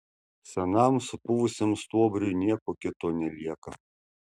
senam supuvusiam stuobriui nieko kito nelieka